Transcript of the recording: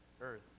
earth